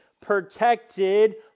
protected